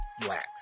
Blacks